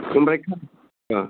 ओमफ्राय खा ओह